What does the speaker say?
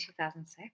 2006